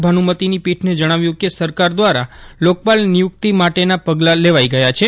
ભાનુમતીની પીઠને જણાવ્યું કે સરકાર દ્વારા લોકપાલ નિયુક્તિ માટેના પગલાં લેવાઈ ગયા છે